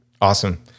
awesome